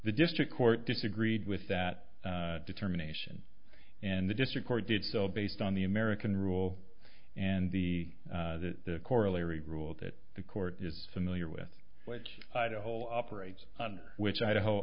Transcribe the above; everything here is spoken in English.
the district court disagreed with that determination and the district court did so based on the american rule and the corollary rule that the court is familiar with which i don't hold operates under which idaho